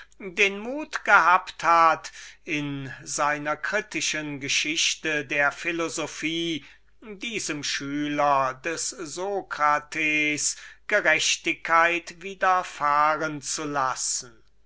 den mut gehabt hat in seiner kritischen geschichte der philosophie diesem würdigen schüler des socrates gerechtigkeit widerfahren zu lassen